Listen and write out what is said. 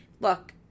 Look